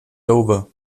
dover